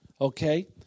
okay